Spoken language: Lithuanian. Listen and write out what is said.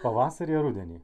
pavasarį ar rudenį